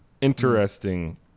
Interesting